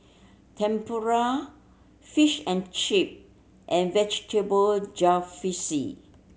Tempura Fish and Chip and Vegetable Jalfrezi